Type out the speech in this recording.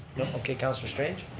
no, okay councillor strange?